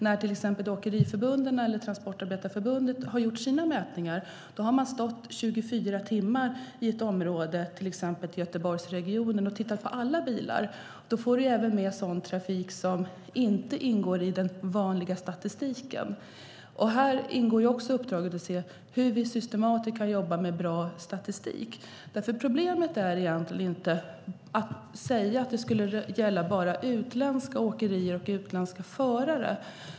När till exempel åkeriförbunden eller Transportarbetareförbundet har gjort sina mätningar har man stått i 24 timmar i ett område, till exempel i Göteborgsregionen, och tittat på alla bilar. Då får man även med sådan trafik som inte ingår i den vanliga statistiken. Här ingår också uppdraget att se hur vi systematiskt kan jobba med bra statistik. Det går egentligen inte att säga att det bara skulle gälla utländska åkerier och utländska förare.